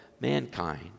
mankind